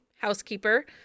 housekeeper